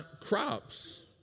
crops